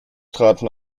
traten